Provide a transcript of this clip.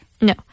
No